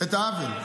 את העוול.